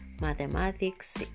Mathematics